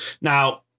Now